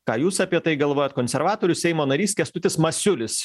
ką jūs apie tai galvojat konservatorius seimo narys kęstutis masiulis